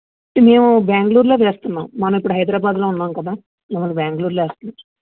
అంటే మేము బెంగళూర్లో చేస్తున్నాం మనం ఇప్పుడు హైదరాబాద్లో ఉన్నాం కదా మిమ్మల్ని బెంగళూర్లో వేస్తున్నాం